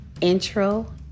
intro